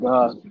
God